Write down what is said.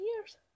years